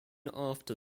after